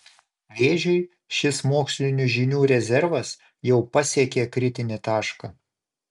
vėžiui šis mokslinių žinių rezervas jau pasiekė kritinį tašką